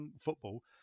football